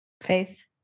faith